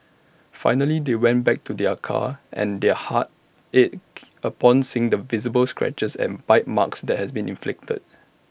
finally they went back to their car and their hearts ached upon seeing the visible scratches and bite marks that had been inflicted